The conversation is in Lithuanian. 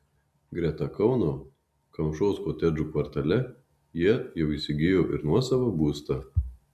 greta kauno kamšos kotedžų kvartale jie jau įsigijo ir nuosavą būstą